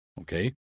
Okay